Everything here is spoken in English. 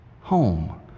home